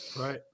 Right